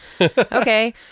Okay